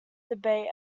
debate